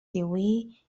díhuit